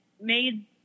made